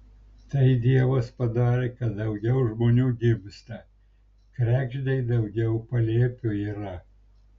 tai dievas padarė kad daugiau žmonių gimsta kregždei daugiau palėpių yra